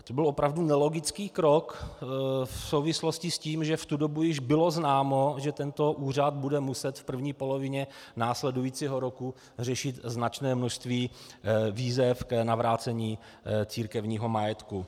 To byl opravdu nelogický krok v souvislosti s tím, že v tu dobu již bylo známo, že tento úřad bude muset v první polovině následujícího roku řešit značné množství výzev k navrácení církevního majetku.